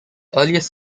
earliest